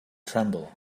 tremble